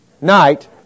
night